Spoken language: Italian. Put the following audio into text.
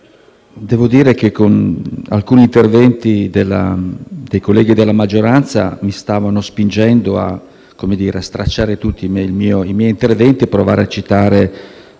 Signor Presidente, alcuni interventi dei colleghi della maggioranza mi stavano spingendo a stracciare il mio intervento e provare a recitare